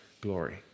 glory